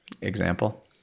Example